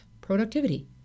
productivity